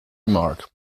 remark